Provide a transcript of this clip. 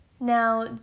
Now